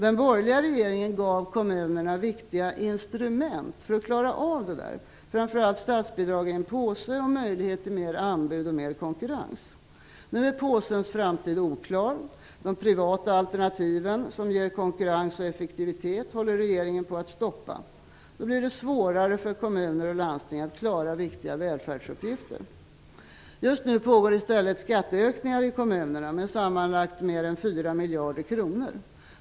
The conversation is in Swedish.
Den borgerliga regeringen gav kommunerna viktiga instrument för att klara av detta, framför allt statsbidrag i en påse och möjlighet till mer anbud och konkurrens. Nu är påsens framtid oklar. De privata alternativen, som ger konkurrens och effektivitet, håller regeringen på att stoppa. Då blir det svårare för kommuner och landsting att klara viktiga välfärdsuppgifter. Just nu pågår i stället skatteökningar i kommunerna om sammanlagt mer än 4 miljarder kronor.